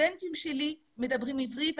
הסטודנטים שלי מדברים עברית,